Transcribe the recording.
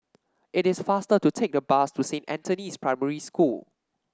it is faster to take the bus to Saint Anthony's Primary School